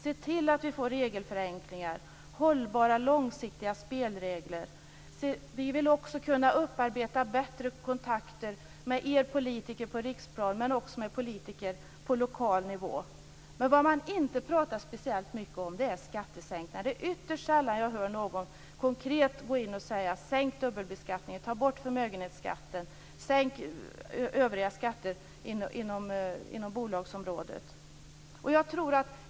Se till att vi får regelförenklingar och hållbara, långsiktiga spelregler. Vi vill också kunna upparbeta bättre kontakter med er politiker på riksplanet, men också med politiker på lokal nivå. Men vad man inte pratar speciellt mycket om är skattesänkningar. Det är ytterst sällan jag hör någon konkret säga: Sänk dubbelbeskattningen, ta bort förmögenhetsskatten och sänk övriga skatter inom bolagsområdet!